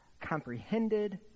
comprehended